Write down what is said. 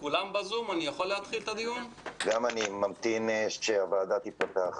פותח את ישיבת ועדת החינוך,